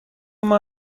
ماه